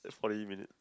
forty minutes